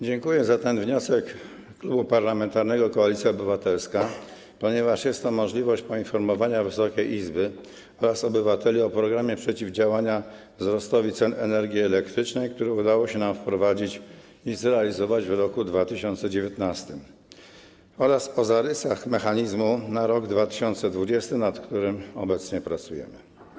Dziękuję za ten wniosek Klubu Parlamentarnego Koalicja Obywatelska, ponieważ daje to możliwość poinformowania Wysokiej Izby oraz obywateli o programie przeciwdziałania wzrostowi cen energii elektrycznej, który udało się nam wprowadzić i zrealizować w 2019 r., oraz o zarysach mechanizmu na rok 2020, nad którym obecnie pracujemy.